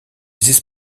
this